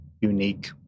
unique